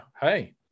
hey